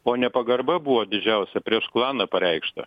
o nepagarba buvo didžiausia prieš klaną pareikšta